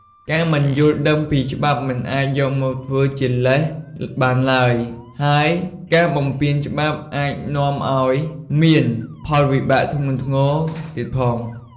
ការមិនយល់ដឹងពីច្បាប់មិនអាចយកមកធ្វើជាលេសបានឡើយ ហើយការបំពានច្បាប់អាចនាំឱ្យមានផលវិបាកធ្ងន់ធ្ងរទៀតផង។